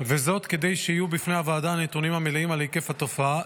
וזאת כדי שיהיו בפני הוועדה הנתונים המלאים על היקף התופעה,